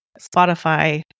Spotify